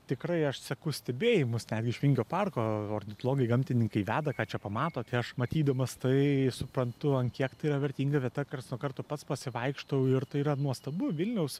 tikrai aš seku stebėjimus netgi iš vingio parko ornitologai gamtininkai veda ką čia pamato tai aš matydamas tai suprantu ant kiek tai yra vertinga vieta karts nuo karto pats pasivaikštau ir tai yra nuostabu vilniaus